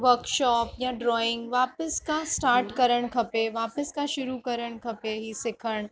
workshop या drawing वापसि खां स्टार्ट करणु खपे वापसि खां शुरू करणु खपे ही सिखणु